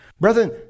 Brethren